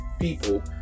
people